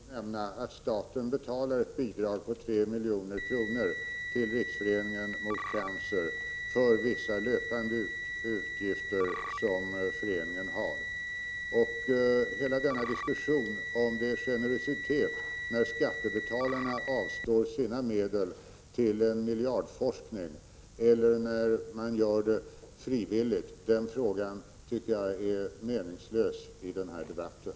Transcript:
Fru talman! Jag vill för ordningens skull nämna att staten betalar ett bidrag på 3 milj.kr. till Riksföreningen mot cancer för vissa löpande utgifter som föreningen har. Frågan om det är generositet, när skattebetalarna avstår sina medel till en miljardforskning eller när man gör det frivilligt, tycker jag är meningslös i den här debatten.